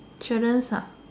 challenge some